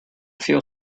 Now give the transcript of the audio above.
feel